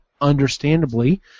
understandably